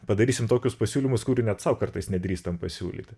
padarysim tokius pasiūlymus kurių net sau kartais nedrįstam pasiūlyti